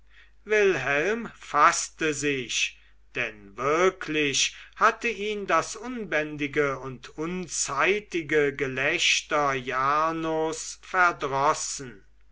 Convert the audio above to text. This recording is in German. wilhelm faßte sich denn wirklich hatte ihn das unbändige und unzeitige gelächter jarnos verdrossen